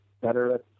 better